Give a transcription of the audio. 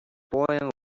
poem